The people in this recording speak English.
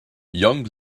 young